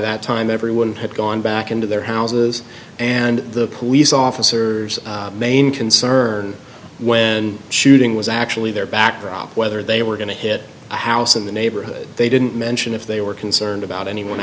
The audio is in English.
that time everyone had gone back into their houses and the police officers main concern when shooting was actually there back drop whether they were going to hit a house in the neighborhood they didn't mention if they were concerned about anyone